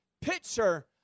picture